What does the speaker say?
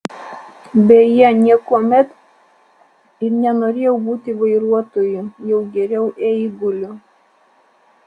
beje niekuomet ir nenorėjau būti vairuotoju jau geriau eiguliu